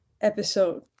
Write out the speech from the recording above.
episode